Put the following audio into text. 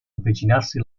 avvicinarsi